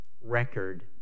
record